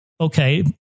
Okay